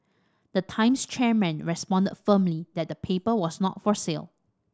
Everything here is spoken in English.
the Times chairman responded firmly that the paper was not for sale